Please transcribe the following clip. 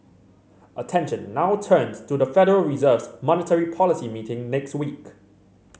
attention now turns to the Federal Reserve's monetary policy meeting next week